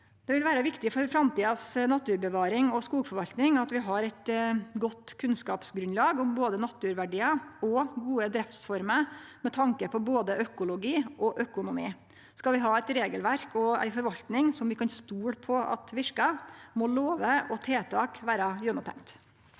Det vil vere viktig for naturbevaringa og skogforvaltinga for framtida at vi har eit godt kunnskapsgrunnlag om både naturverdiar og gode driftsformer med tanke på både økologi og økonomi. Skal vi ha eit regelverk og ei forvalting som vi kan stole på at verkar, må lover og tiltak vere gjennomtenkte.